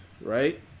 right